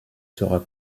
sera